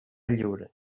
lliure